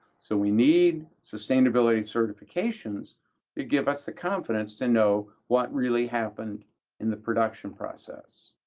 so we need sustainability certifications to give us the confidence to know what really happened in the production process.